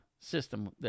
system